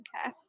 Okay